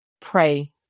pray